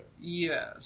Yes